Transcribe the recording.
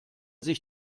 sich